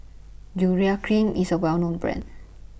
Urea Cream IS A Well known Brand